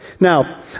Now